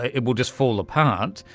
it will just fall apart.